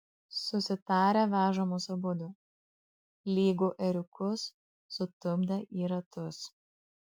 susitarę veža mus abudu lygu ėriukus sutupdę į ratus